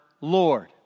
Lord